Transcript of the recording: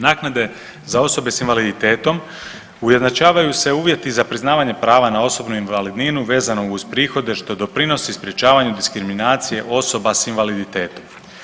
Naknade za osobe s invaliditetom ujednačavaju se uvjeti za priznavanje prava na osobnu invalidninu vezanu uz prihode što doprinosi sprječavanju diskriminacije osoba s invaliditetom.